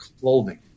clothing